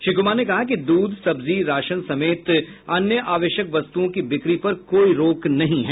श्री कुमार ने कहा कि दूध सब्जी राशन समेत अन्य आवश्यक वस्तुओं की बिक्री पर कोई रोक नहीं है